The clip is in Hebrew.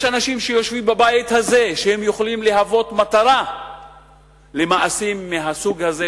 יש אנשים שיושבים בבית הזה שיכולים להיות מטרה למעשים מהסוג הזה,